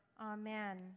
Amen